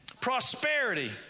Prosperity